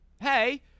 hey